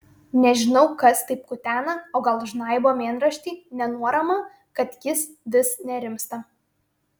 nežinau kas taip kutena o gal žnaibo mėnraštį nenuoramą kad jis vis nerimsta